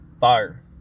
Fire